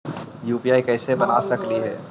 UPI कैसे बना सकली हे?